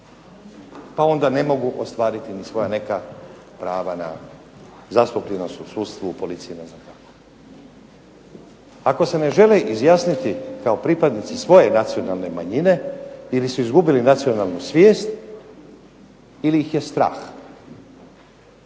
pa onda ne mogu ostvariti ni svoja neka prava na zastupljenost u sudstvu, policiji i ne znam kako. Ako se ne žele izjasniti kao pripadnici svoje nacionalne manjine ili su izgubili nacionalnu svijest ili ih je strah.